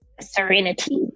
serenity